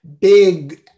big